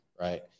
right